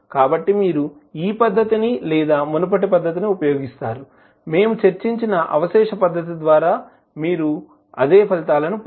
కాబట్టి మీరు ఈ పద్ధతిని లేదా మునుపటి పద్ధతిని ఉపయోగిస్తారు మేము చర్చించిన అవశేష పద్ధతి ద్వారా మీరు అదే ఫలితాలను పొందుతారు